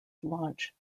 launch